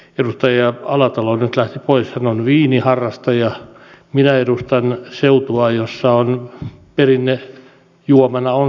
edustaja alatalo nyt lähti pois hän on viiniharrastaja minä edustan seutua jossa perinnejuomana on sahti